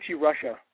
Russia